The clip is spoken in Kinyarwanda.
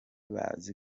bazi